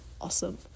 awesome